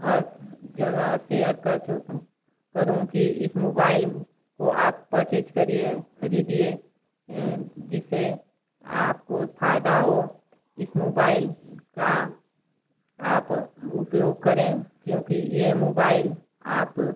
हर जगह शेयर कर करूँ कि इस मोबाइल को आप परचेज़ करिए खरीदिए जिससे आपको फ़ायदा हो इस मोबाइल का आप उपयोग करें क्योंकि यह मोबाइल आप